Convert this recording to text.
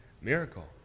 miracle